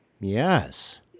Yes